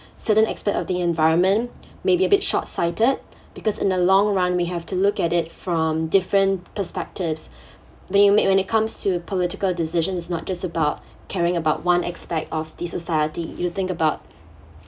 certain aspect of the environment may be a bit shortsighted because in the long run we have to look at it from different perspectives when it comes to a political decision it's not just about caring about one aspect of the society you think about